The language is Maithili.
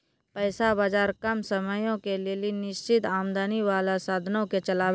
पैसा बजार कम समयो के लेली निश्चित आमदनी बाला साधनो के चलाबै छै